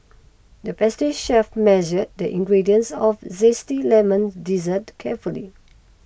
the pastry chef measured the ingredients of Zesty Lemon Dessert carefully